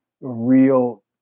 real